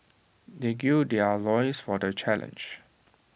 they gird their loins for the challenge